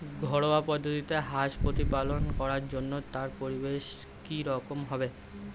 ঘরোয়া পদ্ধতিতে হাঁস প্রতিপালন করার জন্য তার পরিবেশ কী রকম হবে?